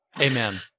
Amen